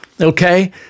Okay